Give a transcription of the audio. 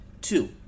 Two